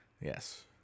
Yes